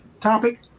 topic